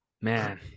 Man